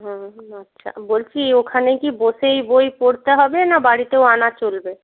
হুম হুম আচ্ছা বলছি ওখানে কি বসেই বই পড়তে হবে না বাড়িতেও আনা চলবে